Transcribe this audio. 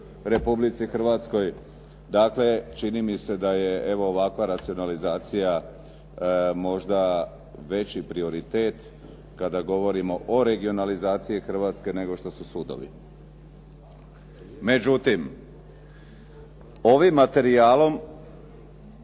Republici Hrvatskoj. Dakle, čini mi se da je evo ovakva racionalizacija možda veći prioritet kada govorimo o regionalizaciji Hrvatske nego što su sudovi. Međutim, ovim materijalom